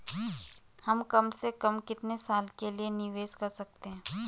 हम कम से कम कितने साल के लिए निवेश कर सकते हैं?